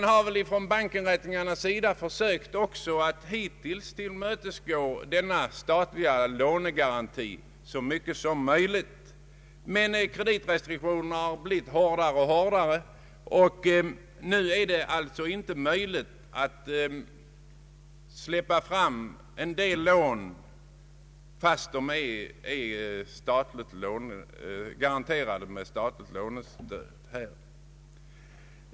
Bankinrättningarna har hittills försökt tillmötesgå denna statliga lånegaranti så mycket som möjligt, men kreditrestriktionerna har blivit hårdare och hårdare, och nu är det alltså inte möj ligt att släppa fram en del lån fastän de är garanterade av staten.